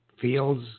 fields